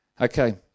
Okay